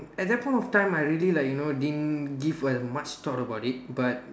at that point of time I really like you know didn't give uh much thought about it but